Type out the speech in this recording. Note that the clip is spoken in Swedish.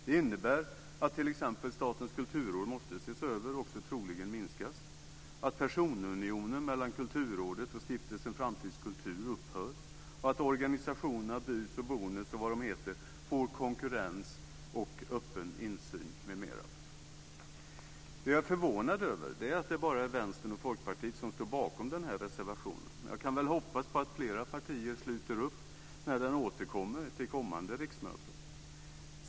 Det innebär att t.ex. Statens kulturråd måste ses över och också troligen minskas, att personunionen mellan Kulturrådet och Stiftelsen Framtidens kultur upphör, att organisationerna BUS, BONUS och allt vad de heter får konkurrens och öppen insyn m.m. Det jag är förvånad över är att det vara när Vänsterpartiet och Folkpartiet som står bakom den här reservationen. Men jag hoppas att flera partier sluter upp när den återkommer under kommande riksmöte.